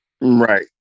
right